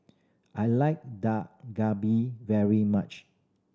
I like Dak Galbi very much